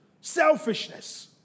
Selfishness